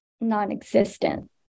non-existent